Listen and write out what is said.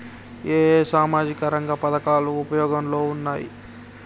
ఏ ఏ సామాజిక రంగ పథకాలు ఉపయోగంలో ఉన్నాయి?